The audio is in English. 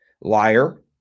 Liar